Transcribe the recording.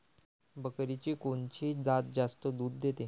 बकरीची कोनची जात जास्त दूध देते?